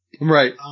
Right